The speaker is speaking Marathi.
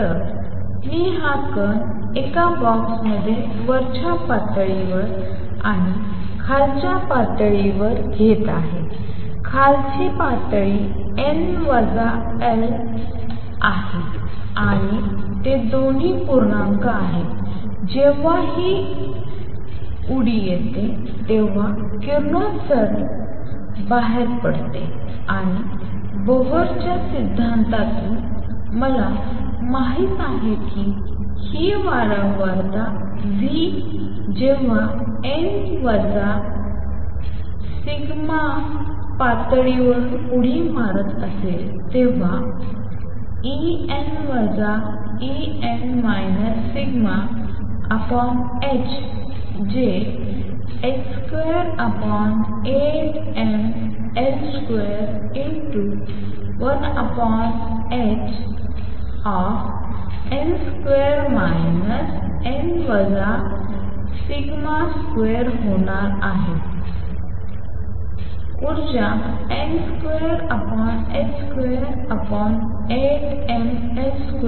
तर मी हा कण एका बॉक्समध्ये वरच्या पातळीवर आणि खालच्या पातळीवर घेत आहे खालची पातळी n τ आहे ते दोन्ही पूर्णांक आहेत आणि जेव्हा ही उडी येते तेव्हा किरणोत्सर्जन बाहेर पडते आणि बोहरच्या सिद्धांतातून मला माहित आहे की ही वारंवारता जेव्हा n τ th पातळीवरून उडी मारत असेल तेव्हा En En τh जे h28mL21hn2 n τ2 होणार आहे एक सुधारणा ऊर्जाn2h28mL2 आहे